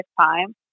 time